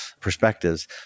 perspectives